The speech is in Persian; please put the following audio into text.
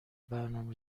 برنامه